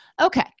okay